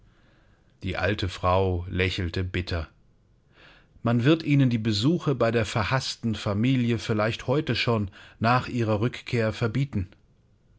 die alte frau lächelte bitter man wird ihnen die besuche bei der verhaßten familie vielleicht heute schon nach ihrer rückkehr verbieten